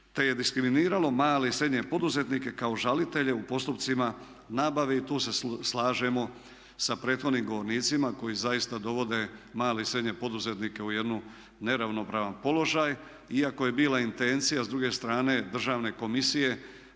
te je diskriminiralo male i srednje poduzetnike kao žalitelje u postupcima nabave i tu se slažemo sa prethodnim govornicima koji zaista dovode male i srednje poduzetnike u jedan neravnopravan položaj. Iako je bila intencija s druge strane Državne komisije